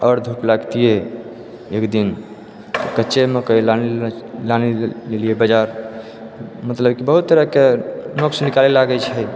आओर धूप लागतिए एकदिन कच्चे मकइ लानि लेलिए बाजार मतलब की बहुत तरहके नुक्स निकालै लागै छै